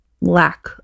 lack